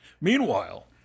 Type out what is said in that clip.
Meanwhile